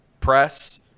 press